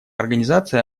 организация